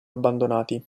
abbandonati